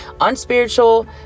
unspiritual